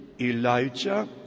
Elijah